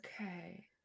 Okay